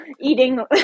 eating